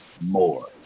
more